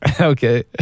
Okay